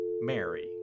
Mary